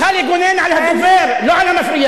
את צריכה לגונן על הדובר, לא על המפריע.